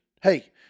hey